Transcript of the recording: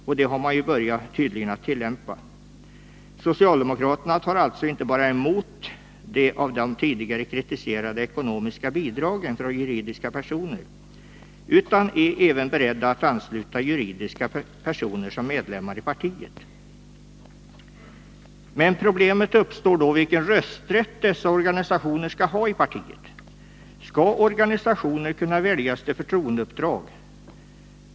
Detta har man tydligen redan börjat tillämpa. Socialdemokraterna tar alltså inte bara emot de av dem tidigare kritiserade ekonomiska bidragen från juridiska personer utan är även beredda att ansluta juridiska personer som medlemmar i partiet. Problemet uppstår då vilken rösträtt dessa organisationer skall ha i partiet. Skall organisationer kunna väljas till förtroendeuppdrag?